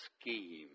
scheme